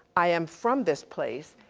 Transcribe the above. i am from this place.